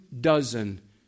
dozen